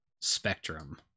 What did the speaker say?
spectrum